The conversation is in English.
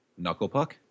Knucklepuck